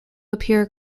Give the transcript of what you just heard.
appear